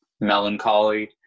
melancholy